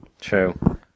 True